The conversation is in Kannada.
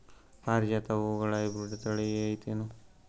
ಪಾರಿಜಾತ ಹೂವುಗಳ ಹೈಬ್ರಿಡ್ ಥಳಿ ಐತೇನು?